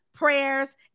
prayers